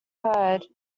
heard